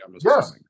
Yes